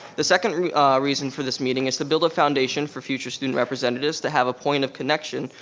the second reason for this meeting is to build a foundation for future student representatives to have a point of connection,